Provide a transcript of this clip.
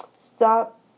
Stop